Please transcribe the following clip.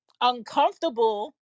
uncomfortable